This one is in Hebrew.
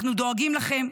אנחנו דואגים לכם.